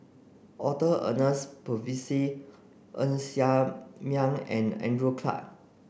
Arthur Ernest Ng Ser Miang and Andrew Clarke